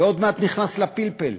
ועוד מעט נכנס לפלפל,